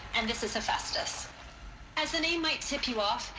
and this is hephaestus as the name might tip you off.